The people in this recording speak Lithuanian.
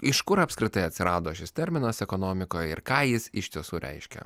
iš kur apskritai atsirado šis terminas ekonomikoj ir ką jis iš tiesų reiškia